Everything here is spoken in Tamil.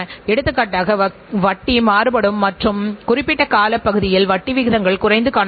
ஆகவே அவர்கள் ஒரு நாட்டிலிருந்து வேறொரு நாட்டிற்குச் செல்வதால் அவர்கள் வெற்றிபெறுகிறார்கள் என்று கூறாமல்